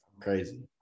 Crazy